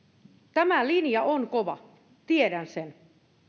tämä linja on kova tiedän sen